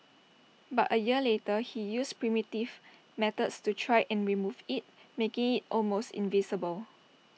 but A year later he used primitive methods to try and remove IT making IT almost invisible